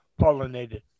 pollinated